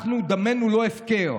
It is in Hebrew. אנחנו, דמנו לא הפקר.